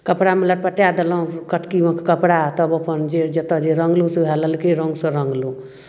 कपड़ामे लटपटाए देलहुँ कटकीमे कपड़ा तब अपन जे जतय जे रङ्गलहुँ से उएह ललके रङ्गसँ रङ्गलहुँ